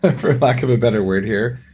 but for lack of a better word here,